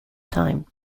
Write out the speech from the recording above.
time